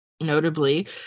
notably